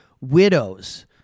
widows